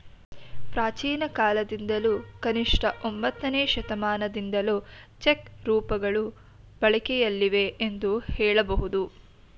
ಪ್ರಾಚೀನಕಾಲದಿಂದಲೂ ಕನಿಷ್ಠ ಒಂಬತ್ತನೇ ಶತಮಾನದಿಂದಲೂ ಚೆಕ್ ರೂಪಗಳು ಬಳಕೆಯಲ್ಲಿವೆ ಎಂದು ಹೇಳಬಹುದು